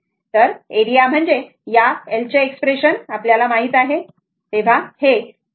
तर एरिया म्हणजे या I चे एक्सप्रेशन माहित आहे